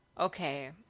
Okay